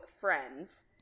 friends